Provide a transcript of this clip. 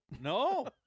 No